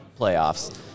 playoffs